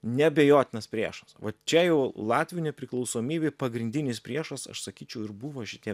neabejotinas priešas va čia jau latvių nepriklausomybei pagrindinis priešas aš sakyčiau ir buvo šitie